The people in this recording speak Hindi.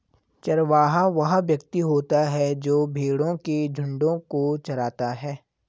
चरवाहा वह व्यक्ति होता है जो भेड़ों के झुंडों को चराता है